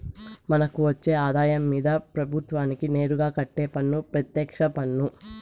మనకు వచ్చే ఆదాయం మీద ప్రభుత్వానికి నేరుగా కట్టే పన్ను పెత్యక్ష పన్ను